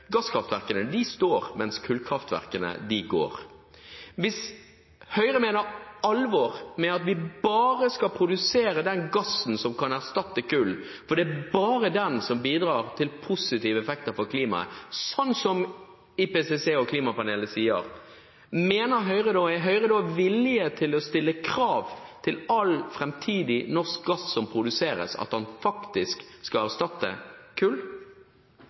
vi bare skal produsere den gassen som kan erstatte kull – fordi det bare er den som bidrar til positive effekter for klimaet, som IPCC og Klimapanelet sier – er Høyre da villig til å stille krav om at all framtidig norsk gass som produseres, skal erstatte kull? Det siste spørsmålet er knyttet til iskanten. Jeg synes det er bra at